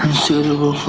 suitable